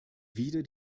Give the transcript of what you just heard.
wieder